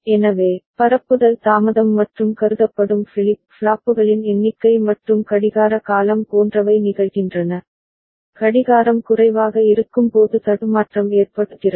எனவே பரப்புதல் தாமதம் மற்றும் கருதப்படும் ஃபிளிப் ஃப்ளாப்புகளின் எண்ணிக்கை மற்றும் கடிகார காலம் போன்றவை நிகழ்கின்றன கடிகாரம் குறைவாக இருக்கும்போது தடுமாற்றம் ஏற்படுகிறது